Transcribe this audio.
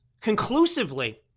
conclusively